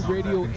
Radio